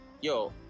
yo